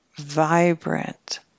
vibrant